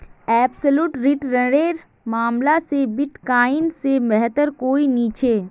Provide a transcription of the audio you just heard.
absolute return नेर मामला क बिटकॉइन से बेहतर कोई नी छे